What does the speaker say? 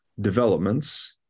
developments